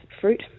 fruit